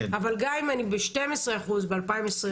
אבל גם אם אני ב-12% ב-2024,